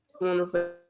wonderful